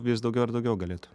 vis daugiau ir daugiau galėtų